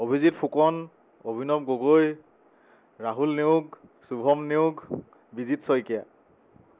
Abhijit Phukan Abhinav Gogoi Rahul Neog Shubham Neog Bijit Saikia